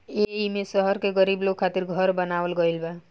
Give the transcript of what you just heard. एईमे शहर के गरीब लोग खातिर घर बनावल गइल बा